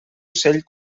ocell